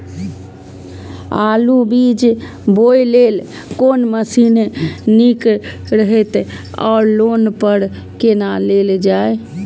आलु बीज बोय लेल कोन मशीन निक रहैत ओर लोन पर केना लेल जाय?